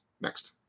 Next